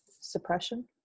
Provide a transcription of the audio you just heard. suppression